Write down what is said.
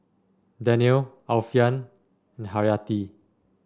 Daniel Alfian and Haryati